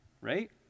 right